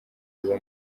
riba